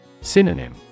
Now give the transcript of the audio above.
synonym